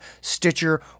Stitcher